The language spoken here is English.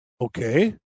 Okay